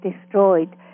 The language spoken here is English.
destroyed